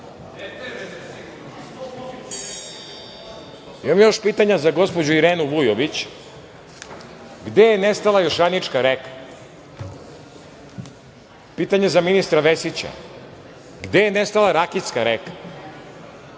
još pitanja za gospođu Irenu Vujović – gde je nestala Jošanička reka? Pitanje za ministra Vesića – gde je nestala Rakitska